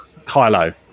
Kylo